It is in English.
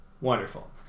Wonderful